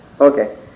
Okay